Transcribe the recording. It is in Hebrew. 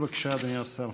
בבקשה, אדוני השר.